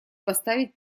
поставить